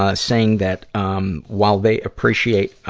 ah saying that, um, while they appreciate,